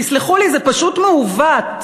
תסלחו לי, זה פשוט מעוות.